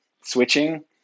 switching